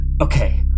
Okay